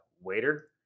waiter